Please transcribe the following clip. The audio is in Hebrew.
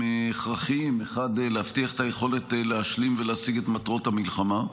הכרחיים: להבטיח את היכולת להשלים ולהשיג את מטרות המלחמה,